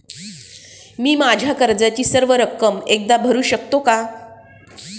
मी माझ्या कर्जाची सर्व रक्कम एकदा भरू शकतो का?